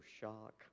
shock